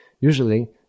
usually